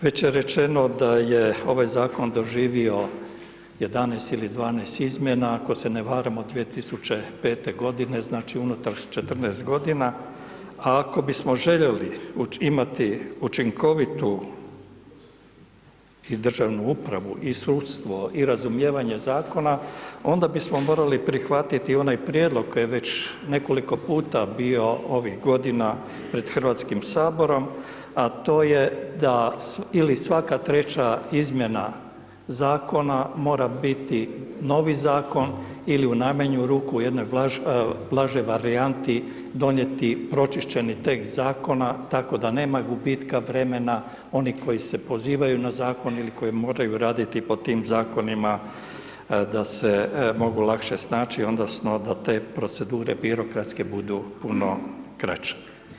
Već je rečeno da je ovaj zakon doživio 11 ili 12 izmjena ako se ne varam od 2005. godine, znači unutar 14 godina, a ako bismo željeli imati učinkovitu i državnu upravu i sudstvo i razumijevanje zakona onda bismo morali prihvatiti onaj prijedlog koji je već nekoliko puta bio ovih godina pred Hrvatskim saborom, a to je da ili svaka 3 izmjena zakona mora biti novi zakon ili u najmanju ruku u jednoj blažoj varijanti donijeti pročišćeni tekst zakona tako da nema gubitka vremena onih koji se pozivaju na zakon ili koji moraju raditi po tim zakonima da se mogu lakše snaći odnosno da te procedure birokratske budu puno kraće.